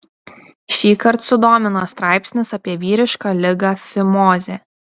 šįkart sudomino straipsnis apie vyrišką ligą fimozę